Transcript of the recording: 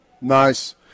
Nice